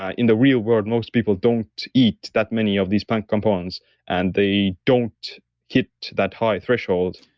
ah in the real world, most people don't eat that many of these plant compounds and they don't hit that high threshold.